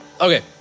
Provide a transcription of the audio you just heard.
Okay